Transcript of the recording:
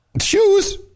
Shoes